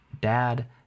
dad